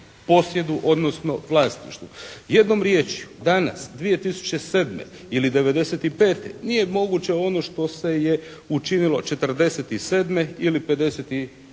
posjedu, odnosno vlasništvu. Jednom riječju danas 2007. ili '95. nije moguće ono što se je učinilo '47. ili '54.